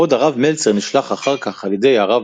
בעוד הרב מלצר נשלח אחר כך על ידי הרב